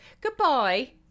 Goodbye